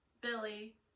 Billy